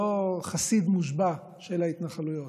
לא חסיד מושבע של ההתנחלויות.